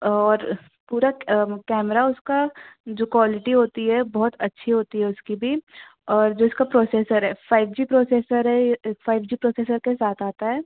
और पूरा कैमरा उसका जो क्वालिटी होती है बहुत अच्छी होती है उसकी भी और जो इसका प्रोसेसर है फ़ाइव जी प्रोसेसर है फ़ाइव जी प्रोसेसर के साथ आता है